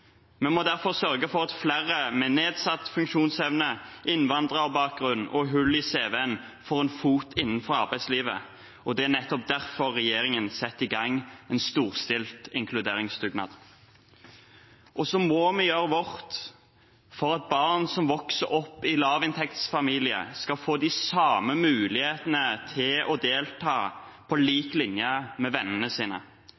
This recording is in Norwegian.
Vi må derfor sørge for at flere med nedsatt funksjonsevne, innvandrerbakgrunn og hull i cv-en får en fot innenfor arbeidslivet, og det er nettopp derfor regjeringen setter i gang en storstilt inkluderingsdugnad. Så må vi gjøre vårt for at barn som vokser opp i lavinntektsfamilier, skal få de samme mulighetene til å delta på